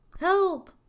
Help